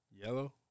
Yellow